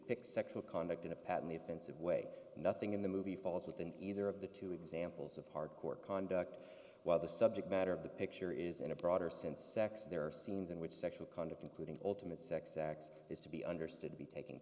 depict sexual conduct in a patently offensive way nothing in the movie falls within either of the two examples of hard core conduct while the subject matter of the picture is in a broader sense sex there are scenes in which sexual conduct including ultimate sex acts is to be understood to be taking